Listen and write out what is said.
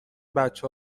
بچه